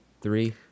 three